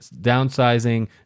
downsizing